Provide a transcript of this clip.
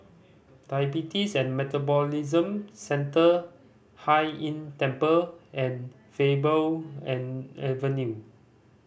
Diabetes and Metabolism Centre Hai Inn Temple and Faber and Avenue